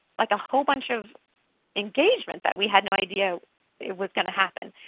like a whole bunch of engagement that we had no idea it was going to happen,